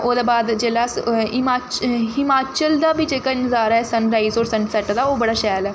ओह्दे बाद जेल्लै अस हिमाच हिमाचल दा बी जेह्का नजारा ऐ सन राइज होर सन सैट्ट दा ओह् बड़ा शैल ऐ